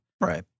Right